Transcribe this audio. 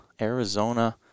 Arizona